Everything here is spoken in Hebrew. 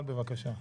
בבקשה.